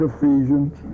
Ephesians